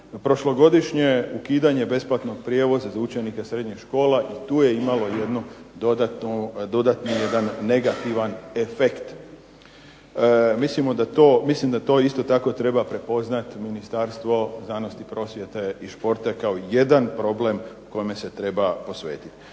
Prošlogodišnje ukidanje besplatnog prijevoza za učenike srednjih škola i tu je imalo jedno dodatno negativan efekt. Mislimo da to isto tako treba prepoznati Ministarstvo znanosti, prosvjete i športa kao jedan problem kome se treba posvetiti.